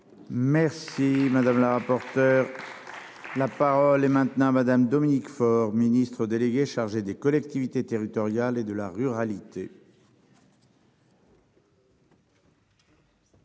Merci madame la rapporteure. Là. La parole est maintenant Madame Dominique Faure Ministre délégué chargé des collectivités territoriales et de la ruralité.